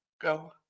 go